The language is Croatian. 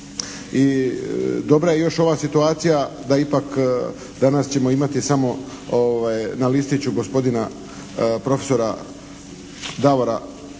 I dobra je još ova situacija da ipak danas ćemo imati samo na listiću gospodina prof. Davora